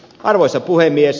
arvoisa puhemies